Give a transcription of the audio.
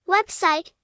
Website